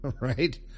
Right